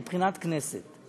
מבחינת הכנסת,